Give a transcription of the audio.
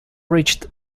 reached